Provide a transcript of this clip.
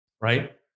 Right